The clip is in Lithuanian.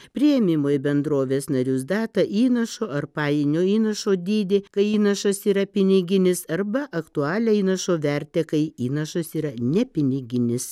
priėmimo į bendrovės narius datą įnašo ar pajinio įnašo dydį kai įnašas yra piniginis arba aktualią įnašo vertę kai įnašas yra ne piniginis